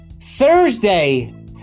Thursday